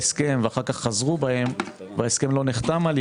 להסכם אבל אחר כך חזרו בהם וההסכם לא נחתם,